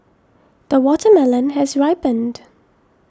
the watermelon has ripened